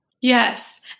Yes